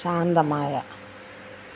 ശാന്തമായ